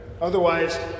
Otherwise